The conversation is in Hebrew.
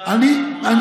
בחשבון,